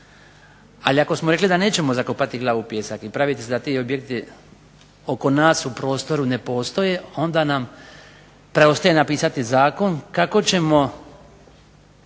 Ali ako smo rekli da nećemo zakopati glavu u pijesak i praviti se da ti objekti oko nas u prostoru ne postoje onda nam preostaje napisati zakon kako ćemo